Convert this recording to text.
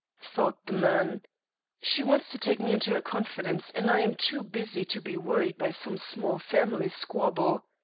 thought the man she wants to take me into her confidence, and i am too busy to be worried by some small family squabble.